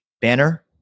banner